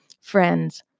Friends